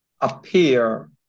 appear